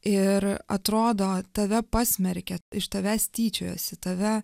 ir atrodo tave pasmerkia iš tavęs tyčiojasi tave